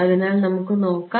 അതിനാൽ നമുക്ക് നോക്കാം